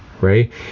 right